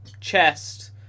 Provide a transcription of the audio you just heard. chest